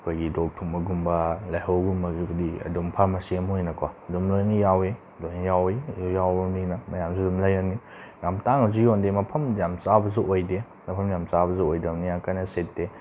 ꯑꯩꯈꯣꯏꯒꯤ ꯂꯣꯛ ꯊꯨꯡꯕꯒꯨꯝꯕ ꯂꯥꯏꯍꯧꯒꯨꯝꯕꯁꯨ ꯒꯨꯂꯤ ꯑꯗꯨꯝ ꯐꯥꯔꯃꯥꯁꯤ ꯑꯃ ꯑꯣꯏꯅꯀꯣ ꯑꯗꯨꯝ ꯂꯣꯏꯅ ꯌꯥꯎꯋꯤ ꯂꯣꯏꯅ ꯌꯥꯎꯋꯤ ꯑꯗꯨ ꯌꯥꯎꯕꯅꯤꯅ ꯃꯌꯥꯝꯁꯨ ꯑꯗꯨꯝ ꯂꯩꯔꯅꯤ ꯌꯥꯝ ꯇꯥꯡꯅꯁꯨ ꯌꯦꯟꯗꯦ ꯃꯐꯝ ꯌꯥꯝ ꯆꯥꯎꯕꯁꯨ ꯑꯣꯏꯗꯕꯅꯤꯅ ꯀꯌꯥ ꯀꯟꯅ ꯁꯤꯠꯇꯦ